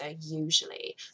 usually